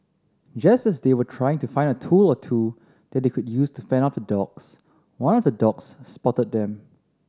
just as they were trying to find a tool or two that they could use to fend off the dogs one of the dogs spotted them